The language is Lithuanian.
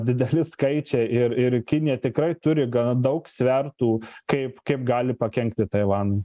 dideli skaičiai ir ir kinija tikrai turi gan daug svertų kaip kaip gali pakenkti taivanui